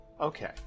Okay